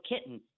kitten